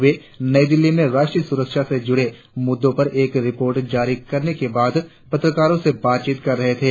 वे नई दिल्ली में राष्ट्रीय सुरक्षा से जुड़े मुद्दों पर एक रिपोर्ट जारी करने के बाद पत्रकारों से बातचीत कर रहे थे